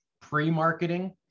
pre-marketing